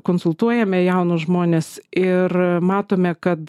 konsultuojame jaunus žmones ir matome kad